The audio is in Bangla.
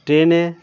ট্রেনে